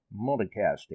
multicasting